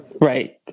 Right